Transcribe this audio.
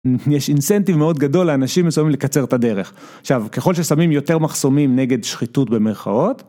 יש אינסנטיב מאוד גדול לאנשים מסוימים לקצר את הדרך. עכשיו, ככל ששמים יותר מחסומים נגד שחיתות במרכאות,